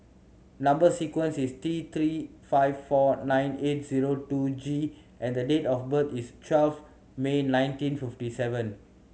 number sequence is T Three five four nine eight zero two G and the date of birth is twelve May nineteen fifty seven